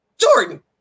Jordan